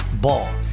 Ball